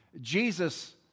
Jesus